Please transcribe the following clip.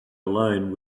alone